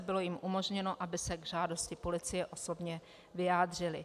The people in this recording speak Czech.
Bylo jim umožněno, aby se k žádosti policie osobně vyjádřili.